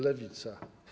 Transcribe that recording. Lewica.